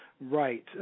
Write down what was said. Right